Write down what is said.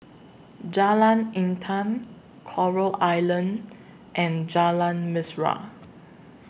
Jalan Intan Coral Island and Jalan Mesra